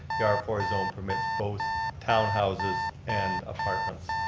the r four zone permits both townhouses and apartments.